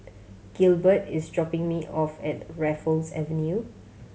Gilbert is dropping me off at Raffles Avenue